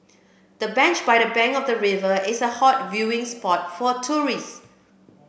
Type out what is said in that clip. the bench by the bank of the river is a hot viewing spot for tourists